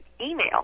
email